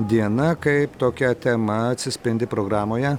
diena kaip tokia tema atsispindi programoje